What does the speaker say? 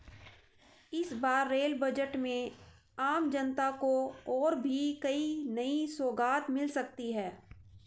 इस बार rail budget में आम जनता को और भी कई नई सौगात मिल सकती हैं